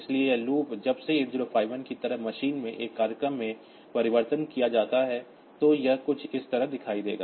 इसलिए यह लूप जब इसे 8051 की तरह मशीन में एक प्रोग्राम में परिवर्तित किया जाता है तो यह कुछ इस तरह दिखाई देगा